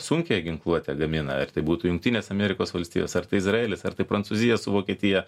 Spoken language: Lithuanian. sunkiąją ginkluotę gamina ar tai būtų jungtinės amerikos valstijos ar tai izraelis ar tai prancūzija su vokietija